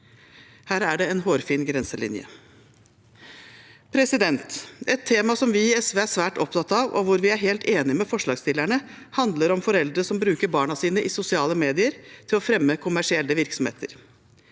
Her er det en hårfin grenselinje. Et tema som vi i SV er svært opptatt av, og hvor vi er helt enig med forslagstillerne, handler om foreldre som bruker barna sine i sosiale medier til å fremme kommersielle virksomheter.